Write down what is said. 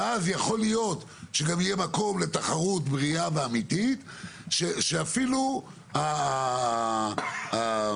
באמת אני לא מכיר יצרן מזון גדול --- מה האפיון של ה-200 שלא?